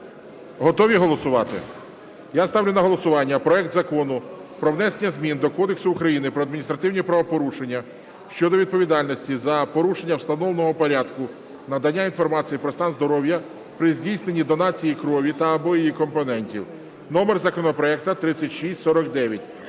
готові голосувати? Я ставлю на голосування проект Закону про внесення змін до Кодексу України про адміністративні правопорушення щодо відповідальності за порушення встановленого порядку надання інформації про стан здоров’я при здійсненні донації крові та (або) її компонентів (номер законопроекту 3649).